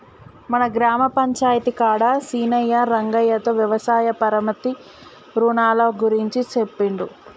మన గ్రామ పంచాయితీ కాడ సీనయ్యా రంగయ్యతో వ్యవసాయ పరపతి రునాల గురించి సెప్పిండు